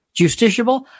justiciable